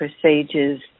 procedures